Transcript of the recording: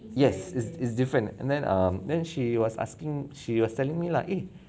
yes it's it's different and then um then she was asking she was telling me lah